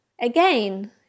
Again